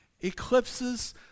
Eclipses